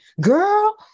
girl